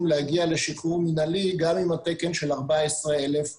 להגיע לשחרור מינהלי גם עם התקן של 14,000 כלואים.